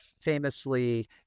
famously